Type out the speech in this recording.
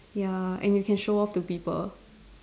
ya and you can show off to people